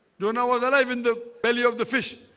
dona was alive in the belly of the fish.